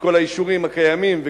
כל האישורים הקיימים,